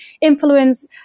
influence